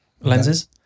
lenses